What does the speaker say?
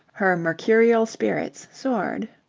her mercurial spirits soared.